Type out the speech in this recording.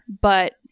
but-